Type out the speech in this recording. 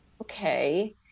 okay